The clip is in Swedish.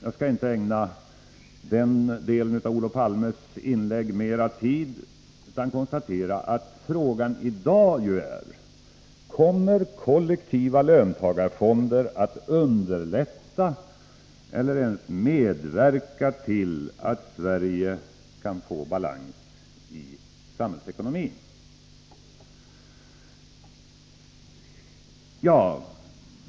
Jag skall inte ägna den delen av Olof Palmes inlägg mera tid, utan jag konstaterar att frågan i dag är: Kommer kollektiva löntagarfonder att underlätta eller ens medverka till att Sverige kan få balans i sin samhällsekonomi?